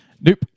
Nope